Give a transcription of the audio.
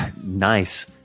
nice